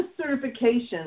certification